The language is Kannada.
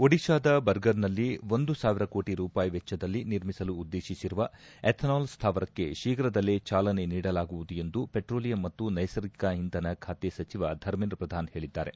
ಒಡಿಶಾದ ಬರ್ಗರ್ನಲ್ಲಿ ಒಂದು ಸಾವಿರ ಕೋಟ ರೂಪಾಯಿ ವೆಚ್ವದಲ್ಲಿ ನಿರ್ಮಿಸಲು ಉದ್ದೇಶಿಸಿರುವ ಎಥೆನಾಲ್ ಸ್ಥಾವರಕ್ಕೆ ಶೀಘ್ರದಲ್ಲೇ ಚಾಲನೆ ನೀಡಲಾಗುವುದು ಎಂದು ಪೆಟ್ರೋಲಿಯಂ ಮತ್ತು ನೈಸರ್ಗಿಕ ಇಂಧನ ಖಾತೆ ಸಚಿವ ಧರ್ಮೇಂದ್ರ ಪ್ರಧಾನ್ ಹೇಳಿದ್ದಾರೆ